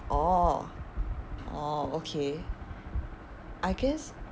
orh orh okay I guess